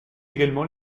également